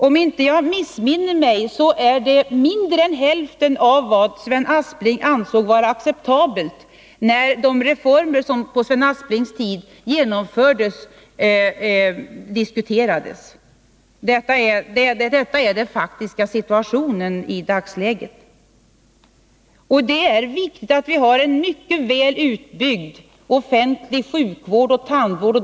Om jag inte missminner mig är det mindre än hälften av vad Sven Aspling ansåg vara acceptabelt när de reformer diskuterades som genomfördes på Sven Asplings tid. Det är den faktiska situationen i dagsläget. Det är viktigt att vi har en mycket väl utbyggd offentlig sjukvård och tandvård.